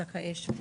זכאי שבות.